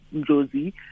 Josie